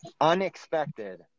Unexpected